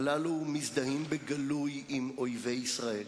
הללו מזדהים בגלוי עם אויבי ישראל,